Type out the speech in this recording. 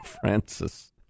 Francis